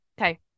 Okay